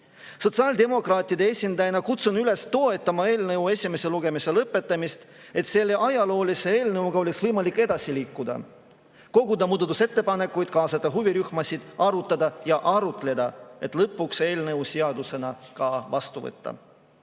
Sotsiaaldemokraatide esindajana kutsun üles toetama eelnõu esimese lugemise lõpetamist, et selle ajaloolise eelnõuga oleks võimalik edasi liikuda, koguda muudatusettepanekuid, kaasata huvirühmasid, arutada ja arutleda, et lõpuks eelnõu seadusena ka vastu võtta. Ma